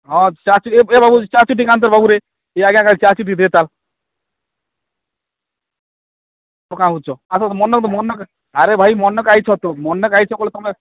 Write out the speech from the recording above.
ହଁ ଚାହା ଚିନି ଏ ବାବୁ ଚାହା ଚିନି ଟିକେ ଆନ ତ ବାବୁରେ ଚାଷୀ ଆଉ କାଁ ବୋଲୁଛ ଆରେ ଭାଇ ମନ କାଇଁ ଛୋଟ ମନ୍କେ ଆଇଛ ବୋଲି ତୁମେ